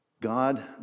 God